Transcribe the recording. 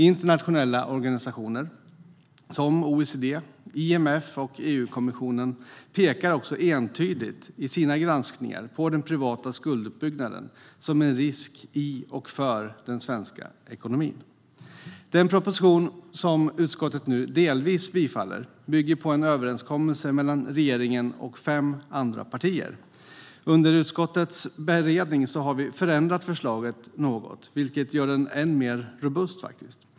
Internationella organisationer som OECD, IMF och EU-kommissionen pekar också entydigt i sina granskningar på den privata skulduppbyggnaden som en risk i och för den svenska ekonomin. Den proposition som utskottet nu delvis bifaller bygger på en överenskommelse mellan regeringen och fem andra partier. Under utskottets beredning har vi förändrat förslaget något, vilket faktiskt gör det ännu mer robust.